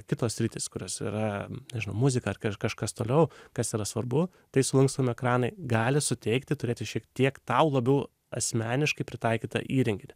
kitos sritys kurios yra nežinau muzika ar kažkas toliau kas yra svarbu tai sulankstomi ekranai gali suteikti turėti šiek tiek tau labiau asmeniškai pritaikytą įrenginį